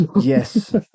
Yes